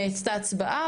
נעשתה הצבעה,